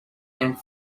and